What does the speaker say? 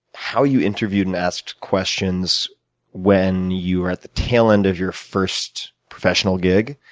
how you interviewed and asked questions when you were at the tail end of your first professional gig,